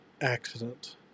accident